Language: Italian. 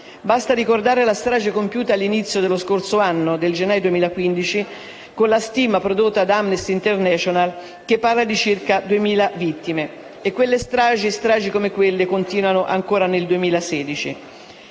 Basti ricordare la strage compiuta all'inizio dello scorso anno, nel gennaio 2015, con la stima prodotta da Amnesty International, che parla di circa 2.000 vittime. E stragi come quelle continuano ancora nel 2016.